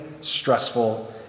stressful